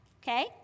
okay